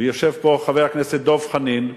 ויושב פה חבר הכנסת דב חנין,